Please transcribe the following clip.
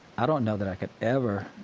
i don't know that i could ever